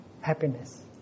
happiness